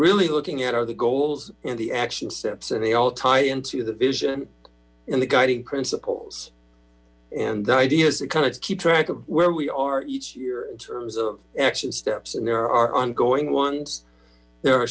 really looking at are the goals and the action steps and they all tie into the vision and the guiding principles and ideas to kind of keep track of where we are each year in terms of action steps and there are ogoing ones there are